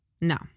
No